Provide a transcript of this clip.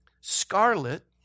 scarlet